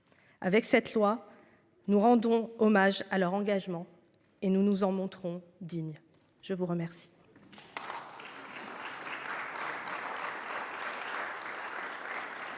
Avec cette loi, nous rendons hommage à leur engagement et nous nous en montrons digne je vous remercie.